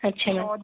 ਅੱਛਾ